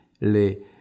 les